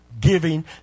giving